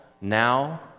now